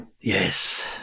Yes